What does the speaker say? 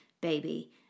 baby